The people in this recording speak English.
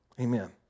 Amen